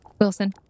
Wilson